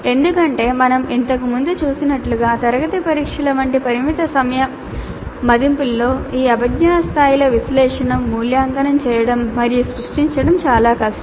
ఎందుకంటే మనం ఇంతకుముందు చూసినట్లుగా తరగతి పరీక్షల వంటి పరిమిత సమయ మదింపులలో ఈ అభిజ్ఞా స్థాయిలో విశ్లేషించడం మూల్యాంకనం చేయడం మరియు సృష్టించడం చాలా కష్టం